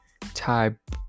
type